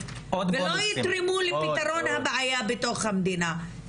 ולא יתרמו לפתרון הבעיה בתוך המדינה,